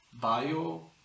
Bio